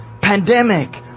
Pandemic